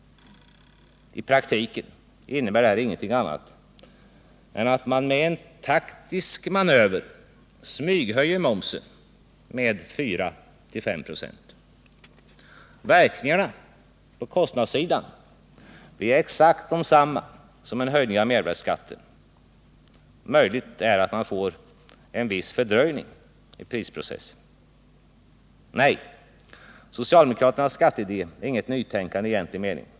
I praktiken innebär det här ingenting annat än att man med en taktisk manöver smyghöjer momsen med 4-5 26. Verkningarna på kostnadssidan blir exakt desamma som en höjning av mervärdeskatten. Möjligt är att man får en viss fördröjning i prisprocessen. Nej, socialdemokraternas skatteidé är inget nytänkande i egentlig mening.